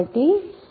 కాబట్టి 𝚽 a